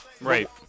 Right